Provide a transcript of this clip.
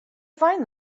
find